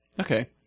Okay